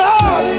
God